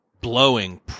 blowing